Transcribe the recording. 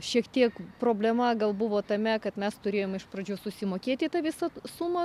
šiek tiek problema gal buvo tame kad mes turėjom iš pradžių susimokėti tą visą sumą